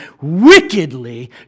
wickedly